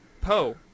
Poe